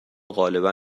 غالبا